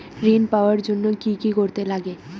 ঋণ পাওয়ার জন্য কি কি করতে লাগে?